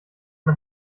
man